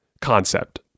concept